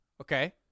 okay